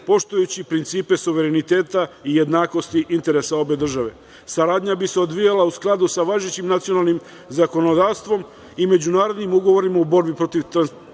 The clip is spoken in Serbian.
poštujući principe suvereniteta i jednakosti interesa obe države. Saradnja bi se odvijala u skladu sa važećim nacionalnim zakonodavstvom i međunarodnim ugovorima u borbi protiv transnacionalnih